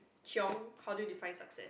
chiong how do you define success